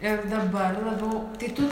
ir dabar labiau tai tu